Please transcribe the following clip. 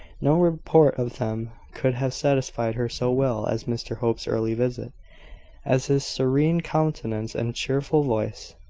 no report of them could have satisfied her so well as mr hope's early visit as his serene countenance and cheerful voice.